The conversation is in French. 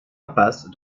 impasse